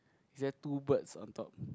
is there two birds on top